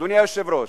אדוני היושב-ראש,